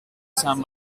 san